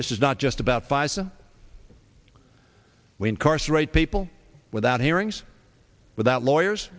this is not just about pfizer we incarcerate people without hearings without lawyers